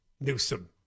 Newsom